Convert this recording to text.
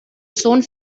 sohn